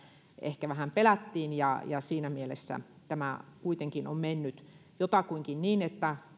ehkä vähän pelättiin siinä mielessä tämä kuitenkin on mennyt jotakuinkin niin että